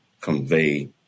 convey